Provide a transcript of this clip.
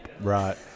Right